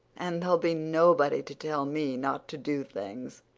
and there'll be nobody to tell me not to do things.